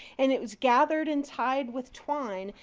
and it was gathered and tied with twine.